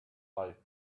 life